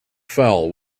fell